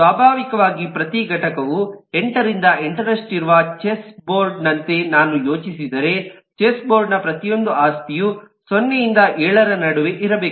ಸ್ವಾಭಾವಿಕವಾಗಿ ಪ್ರತಿ ಘಟಕವು 8 ರಿಂದ 8 ರಷ್ಟಿರುವ ಚೆಸ್ ಬೋರ್ಡ್ ನಂತೆ ನಾನು ಯೋಚಿಸಿದರೆ ಚೆಸ್ಬೋರ್ಡ್ನ ಪ್ರತಿಯೊಂದು ಆಸ್ತಿಯು 0 ರಿಂದ 7 ರ ನಡುವೆ ಇರಬೇಕು